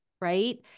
Right